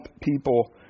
people